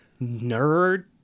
nerd